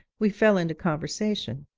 we fell into conversation.